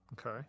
Okay